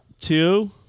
two